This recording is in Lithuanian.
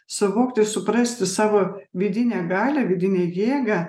suvokti suprasti savo vidinę galią vidinę jėgą